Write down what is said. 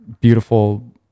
beautiful